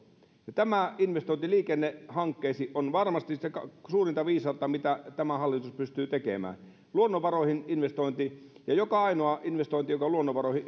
tämä investointi liikennehankkeisiin on varmasti sitä suurinta viisautta mitä tämä hallitus pystyy tekemään luonnonvaroihin investointi ja joka ainoa investointi joka luonnonvaroihin